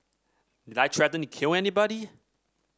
did I threaten to kill anybody